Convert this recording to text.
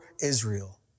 Israel